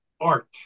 art